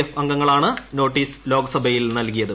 F അംഗങ്ങളാണ് നോട്ടീസ്ക് ലോക്സഭയിൽ നൽകിയത്